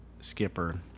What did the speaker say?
Skipper